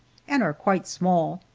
and are quite small.